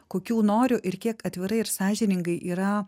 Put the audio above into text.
kokių noriu ir kiek atvirai ir sąžiningai yra